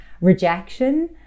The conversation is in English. rejection